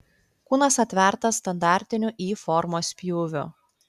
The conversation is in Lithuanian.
kūnas atvertas standartiniu y formos pjūviu